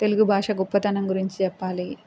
తెలుగు భాష గొప్పతనం గురించి చెప్పాలి